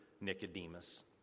Nicodemus